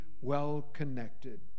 well-connected